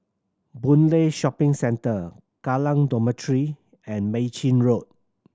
Boon Lay Shopping Centre Kallang Dormitory and Mei Chin Road